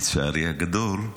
לצערי הגדול,